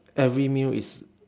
every meal is